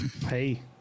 hey